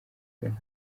kabiri